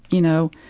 you know,